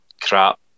crap